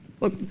look